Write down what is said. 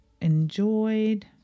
enjoyed